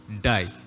die